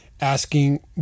asking